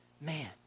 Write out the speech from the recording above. man